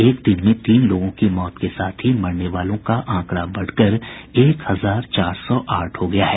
एक दिन में तीन लोगों की मौत के साथ ही मरने वालों का आंकड़ा बढ़कर एक हजार चार सौ आठ हो गया है